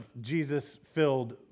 Jesus-filled